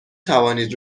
توانید